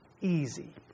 easy